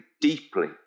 deeply